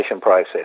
process